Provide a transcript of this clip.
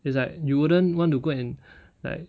it's like you wouldn't want to go and like